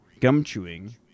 gum-chewing